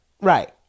Right